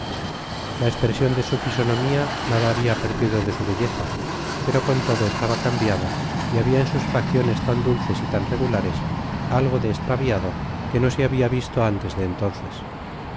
la espresion de su fisonomia nada habia perdido de su belleza pero con todo estaba cambiada y habia en sus facciones tan dulces y tan regulares algo de estraviado que no se habia visto antes de entonces